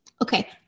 Okay